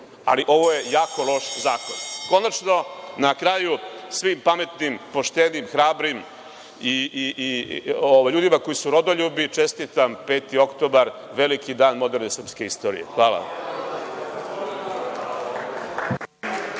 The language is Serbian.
ali ovo je jako loš zakon. Konačno, na kraju, svim pametnim, poštenim, hrabrim ljudima, koji su rodoljubi, čestitam 5. oktobra, veliki dan moderne srpske istorije. Hvala.